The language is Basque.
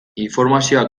informazioa